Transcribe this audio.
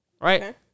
Right